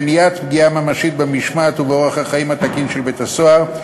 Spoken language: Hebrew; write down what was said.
מניעת פגיעה ממשית במשמעת ובאורח החיים התקין של בית-הסוהר,